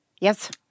Yes